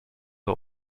are